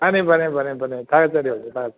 ꯐꯅꯤ ꯐꯅꯤ ꯐꯅꯤ ꯐꯅꯤ ꯊꯥꯒꯠꯆꯔꯤ ꯑꯣꯖꯥ ꯊꯥꯒꯠꯆꯔꯤ